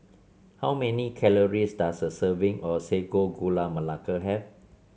how many calories does a serving of Sago Gula Melaka have